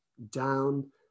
down